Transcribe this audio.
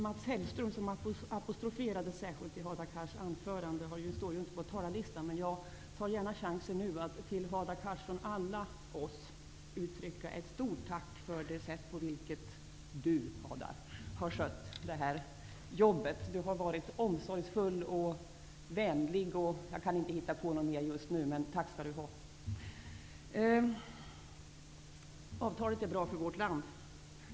Mats Hellström, som Hadar Cars särskilt apostroferade, står inte upptagen på talarlistan, men jag tar gärna chansen att till Hadar Cars å allas vägnar rikta ett stort tack för det sätt på vilket Hadar Cars skött arbetet. Han har varit omsorgsfull och vänlig. Avtalet är bra för vårt land.